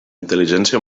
intel·ligència